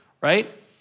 right